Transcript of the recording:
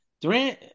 Durant